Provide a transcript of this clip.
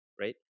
right